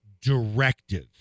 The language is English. directive